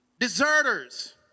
deserters